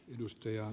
industrial